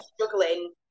struggling